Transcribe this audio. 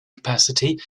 capacity